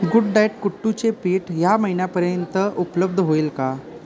good diet कुट्टूचे पीठ या महिन्यापर्यंत उपलब्ध होईल का